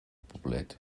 poblet